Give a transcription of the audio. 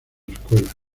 escuela